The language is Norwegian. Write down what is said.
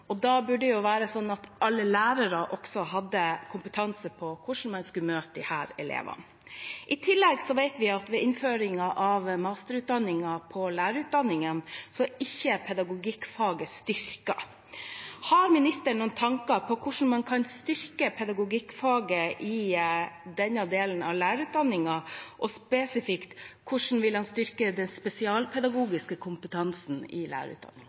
og da burde det også være sånn at alle lærere hadde kompetanse på hvordan man skulle møte disse elevene. I tillegg vet vi at ved innføringen av masterutdanning i lærerutdanningen er ikke pedagogikkfaget styrket. Har ministeren noen tanker om hvordan man kan styrke pedagogikkfaget i denne delen av lærerutdanningen, og spesifikt: Hvordan vil han styrke den spesialpedagogiske kompetansen i lærerutdanningen?